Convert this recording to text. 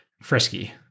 Frisky